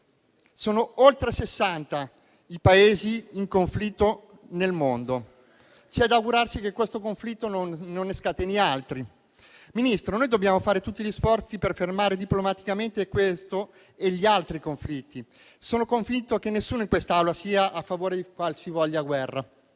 Sono oltre sessanta i Paesi in conflitto nel mondo. C'è da augurarsi che questo conflitto non ne scateni altri. Signor Ministro, noi dobbiamo fare tutti gli sforzi per fermare diplomaticamente questo e gli altri conflitti. Sono convinto che nessuno in quest'Aula sia a favore di qualsivoglia guerra.